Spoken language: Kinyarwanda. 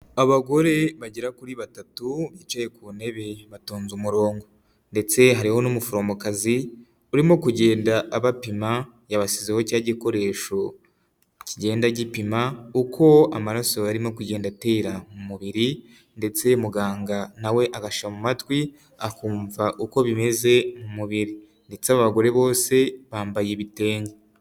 Abagore bagera kuri batatu bicaye ku ntebe batonze umurongo, ndetse hariho n'umuforomokazi urimo kugenda abapima yabashyizeho cya gikoresho kigenda gipima uko amaraso arimo kugenda atera mu mubiri, ndetse muganga na we agashyira mu matwi akumva uko bimeze mu mubiri. Ndetse aba bagore bose bambaye ibitenge.